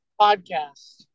Podcast